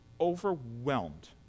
overwhelmed